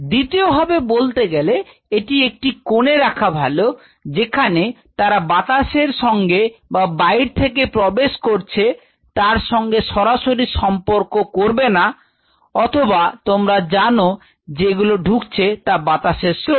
দ্বিতীয় ভাবে বলতে গেলে এটি একটি কোণে রাখা ভালো যেখানে তারা বাতাসের সঙ্গে যা বাহির থেকে প্রবেশ করছে তার সঙ্গে সরাসরি সম্পর্ক করবে না অথবা তোমরা জানো যে গুলো ঢুকছে তা বাতাসের স্রোত